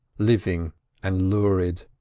living and lurid.